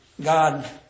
God